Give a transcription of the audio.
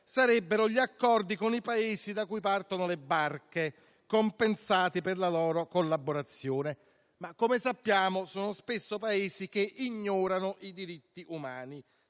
sarebbero gli accordi con i Paesi da cui partono le barche, compensati per la loro collaborazione. Come però sappiamo, sono spesso Paesi che ignorano i diritti umani